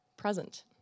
present